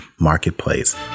marketplace